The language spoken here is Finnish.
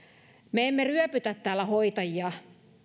me emme ryöpytä täällä hoitajia